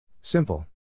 Simple